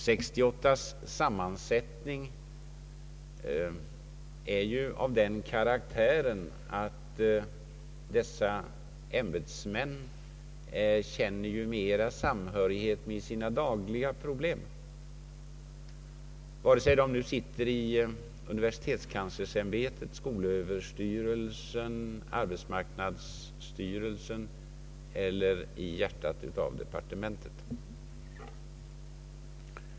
Denna kommittés sammansättning är sådan att ämbetsmännen i den mera känner samhörighet med sina dagliga problem, vare sig de återfinns i universitetskanslersämbetet, skolöverstyrelsen, arbetsmarknadsstyrelsen eller i hjärtat av departementen.